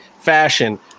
fashion